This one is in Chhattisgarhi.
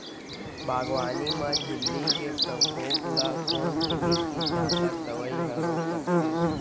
बागवानी म इल्ली के प्रकोप ल कोन सीमित कीटनाशक दवई ह रोक सकथे?